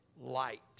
light